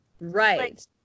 right